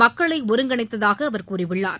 மக்களை ஒருங்கிணைத்ததாக அவர் கூறியுள்ளார்